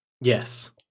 Yes